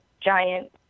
giant